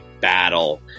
battle